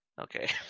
Okay